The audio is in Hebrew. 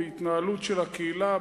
בהתנהלות של הקהילה,